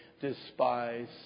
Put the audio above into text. Despise